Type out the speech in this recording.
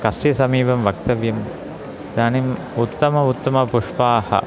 कस्य समीपं वक्तव्यम् इदानीम् उत्तम उत्तमपुष्पाणि